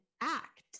act